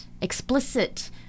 explicit